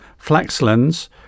Flaxlands